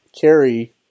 carry